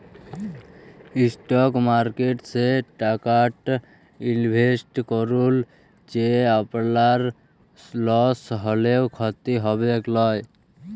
stock মার্কেটে সে টাকাট ইলভেসেট করুল যেট আপলার লস হ্যলেও খ্যতি হবেক লায়